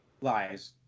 Lies